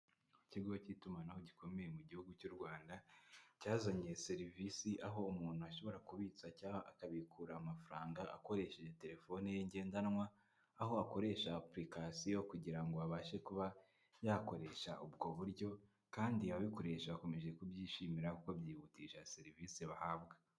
Ikigo cy'itumanaho gikomeye mu gihugu cy'u Rwanda cyazanye serivisi, aho umuntu ashobora kubitsa cyangwa akabikura amafaranga akoresheje terefoni ye ngendanwa, aho akoresha apurikasiyo kugira ngo abashe kuba yakoresha ubwo buryo kandi ababikoresha bakomeje kubyishimira kuko byihutisha serivisi bahabwa.